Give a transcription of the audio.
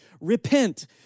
Repent